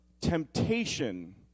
temptation